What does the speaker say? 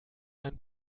ein